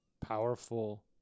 powerful